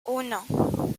uno